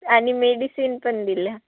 आणि मेडिसीन पण दिले